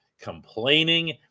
complaining